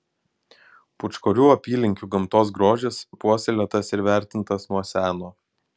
pūčkorių apylinkių gamtos grožis puoselėtas ir vertintas nuo seno